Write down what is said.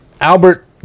Albert